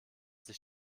sich